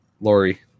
Lori